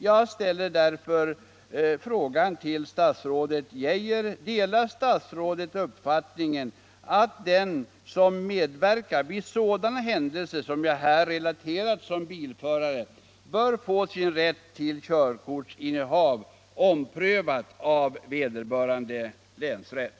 Jag ställer därför följande fråga till statsrådet Geijer: Delar statsrådet uppfattningen att den som medverkar som bilförare vid sådana händelser som jag här relaterat bör få sin rätt till körkortsinnehav omprövad av vederbörande länsrätt?